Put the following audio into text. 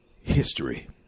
history